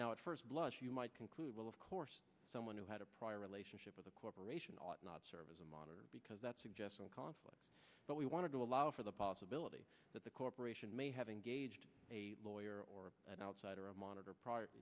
now at first blush you might conclude well of course someone who had a prior relationship with a corporation ought not serve as a monitor because that suggests a conflict but we wanted to allow for the possibility that the corporation may have engaged a lawyer or an outsider a monitor prior